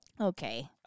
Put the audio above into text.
Okay